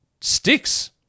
Sticks